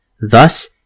Thus